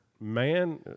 Man